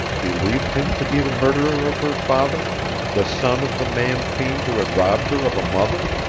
believed him to be the murderer of her father the son of the man-fiend who had robbed her of a mother?